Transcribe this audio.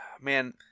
Man